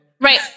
Right